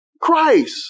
Christ